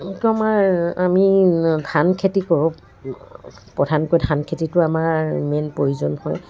আমাৰ আমি ধান খেতি কৰোঁ প্ৰধানকৈ ধান খেতিটো আমাৰ মেইন প্ৰয়োজন হয়